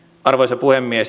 arvoisa puhemies